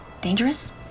dangerous